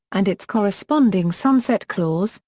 and its corresponding sunset clause,